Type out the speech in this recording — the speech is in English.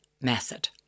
method